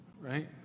Right